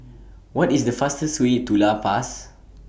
What IS The fastest Way to La Paz